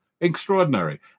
extraordinary